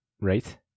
Right